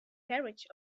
carriage